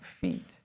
feet